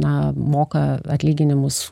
na moka atlyginimus